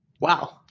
Wow